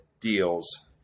deals